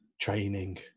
training